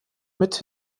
mit